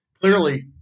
Clearly